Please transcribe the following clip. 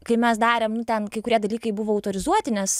kai mes darėm nu ten kai kurie dalykai buvo autorizuoti nes